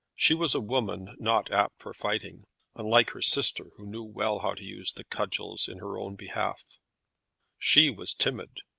she was a woman not apt for fighting unlike her sister, who knew well how to use the cudgels in her own behalf she was timid,